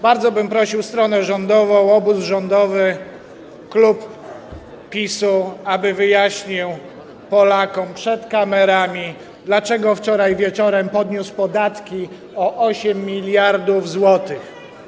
Bardzo bym prosił stronę rządową, obóz rządowy, klub PiS-u, aby wyjaśnił Polakom przed kamerami, dlaczego wczoraj wieczorem podniósł podatki o 8 mld zł.